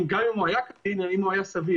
גם אם הוא היה כדין האם הוא היה סביר.